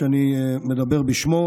שאני מדבר בשמו,